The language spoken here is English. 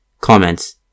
Comments